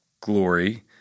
glory